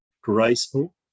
graceful